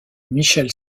michel